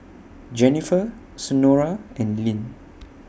Jennifer Senora and Lynne